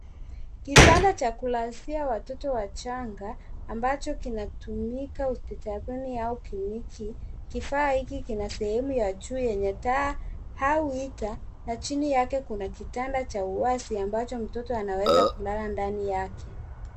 Kitanda cha kulazia watoto wachanga ambacho kinatumika hospitalini au kliniki. Kifaa hiki kina sehemu ya juu yenye taa au hita na chini yake kuna kitanda cha uwazi ambacho mtoto anaweza kulala ndani yake.